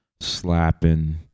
slapping